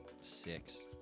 six